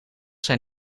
zijn